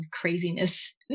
craziness